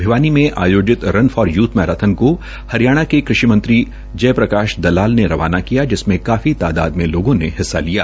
भिवानी में आयोजित run for youth marathon को हरियाणा के कृषि मंत्री जयप्रकाश दलाल ने रवाना किया जिसमें काफी तादाद में लोगों ने हिस्सा लिया